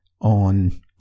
on